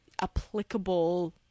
applicable